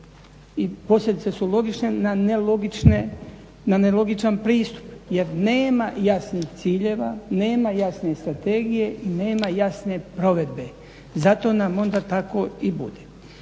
i posljedice su logične na nelogičan pristup. Jer nema jasnih ciljeva, nema jasne strategije i nema jasne provedbe. I zato nam onda tako i bude.